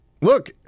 look